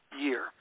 year